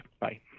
Bye